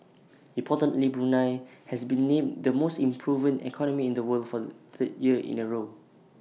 importantly Brunei has been named the most improved economy in the world for the third year in A row